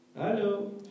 Hello